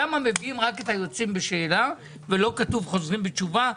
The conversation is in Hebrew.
למה מביאים רק את היוצאים בשאלה ולא כתוב חוזרים בתשובה?